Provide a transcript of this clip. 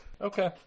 Okay